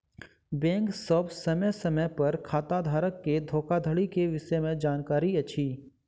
bank सभ समय समय पर खाताधारक के धोखाधड़ी के विषय में जानकारी अछि